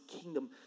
kingdom